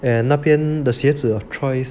and 那边的鞋子 choice